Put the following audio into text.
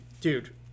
dude